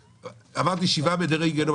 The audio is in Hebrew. עברתי שבעה מדורי גיהינום.